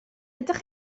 ydych